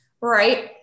right